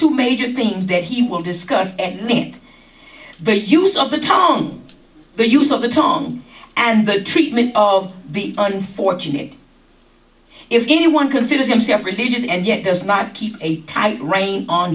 two major things that he will discuss it the use of the tongue the use of the tongue and the treatment of the unfortunate if anyone considers himself religion and yet does not keep a tight rein on